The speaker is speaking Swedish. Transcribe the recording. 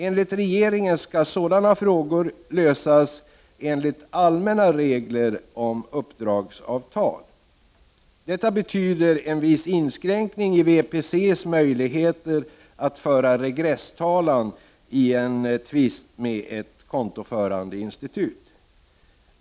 Enligt regeringen skall sådana frågor lösas enligt allmänna regler om uppdragsavtal. Detta betyder en viss inskränkning i VPC:s möjligheter att föra regresstalan i en tvist med ett kontoförande institut.